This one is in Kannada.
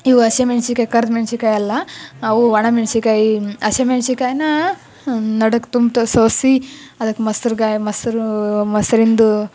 ಇವು ಹಸಿ ಮೆಣ್ಸಿಕಾಯಿ ಕರಿದು ಮೆಣ್ಸಿಕಾಯಿ ಅಲ್ಲ ಅವು ಒಣ ಮೆಣ್ಸಿಕಾಯಿ ಹಸಿ ಮೆಣ್ಸಿಕಾಯನ್ನ ನಡುವಿಗ್ ತುಮ್ ತೊ ಸೋಸಿ ಅದಕ್ಕೆ ಮೊಸ್ರುಗಾಯ್ ಮೊಸ್ರು ಮೊಸರಿಂದು